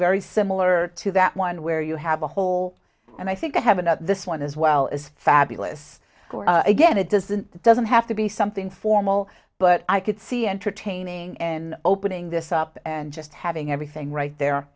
very similar to that one where you have a hole and i think i have another this one as well is fabulous again it doesn't it doesn't have to be something formal but i could see entertaining in opening this up and just having everything right there